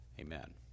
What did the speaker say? Amen